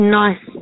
nice